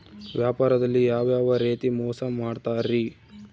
ವ್ಯಾಪಾರದಲ್ಲಿ ಯಾವ್ಯಾವ ರೇತಿ ಮೋಸ ಮಾಡ್ತಾರ್ರಿ?